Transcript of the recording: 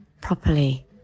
properly